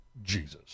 Jesus